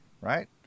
right